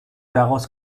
daraus